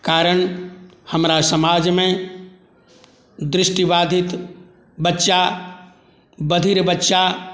कारण हमरा समाजमे दृष्टिबाधित बच्चा बधिर बच्चा